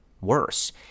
worse